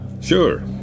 Sure